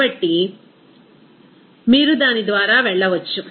కాబట్టి మీరు దాని ద్వారా వెళ్ళవచ్చు